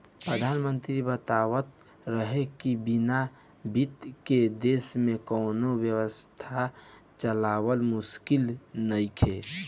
प्रधानमंत्री बतावत रहले की बिना बित्त के देश में कौनो व्यवस्था चलावल मुमकिन नइखे